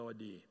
idea